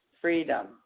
freedom